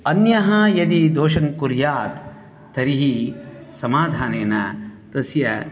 अन्यः यदि दोषङ्कुर्यात् तर्हि समाधानेन तस्य